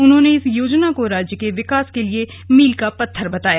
उन्होंने इस योजना को राज्य के विकास के लिए मील का पत्थर बताया